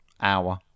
hour